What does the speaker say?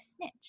snitch